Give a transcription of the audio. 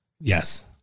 Yes